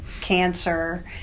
cancer